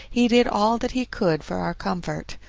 he did all that he could for our comfort.